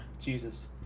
Jesus